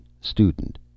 Student